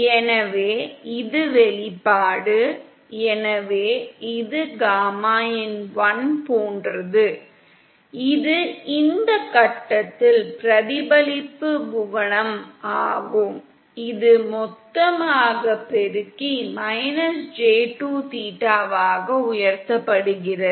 எனவே இது வெளிப்பாடு எனவே இது காமா இன் 1 போன்றது இது இந்த கட்டத்தில் பிரதிபலிப்பு குணகம் ஆகும் இது மொத்தமாக பெருக்கி j2 தீட்டாவாக உயர்த்தப்படுகிறது